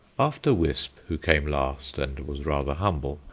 after wisp, who came last and was rather humble,